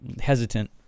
hesitant